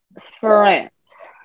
France